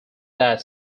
that